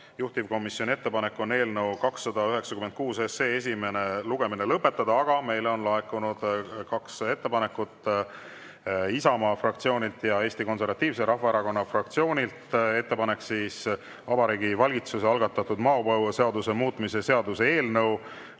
Juhtivkomisjoni ettepanek on eelnõu 296 esimene lugemine lõpetada, aga meile on laekunud kaks ettepanekut, ettepanek Isamaa fraktsioonilt ja Eesti Konservatiivse Rahvaerakonna fraktsioonilt Vabariigi Valitsuse algatatud maapõueseaduse muutmise seaduse eelnõu